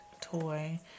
toy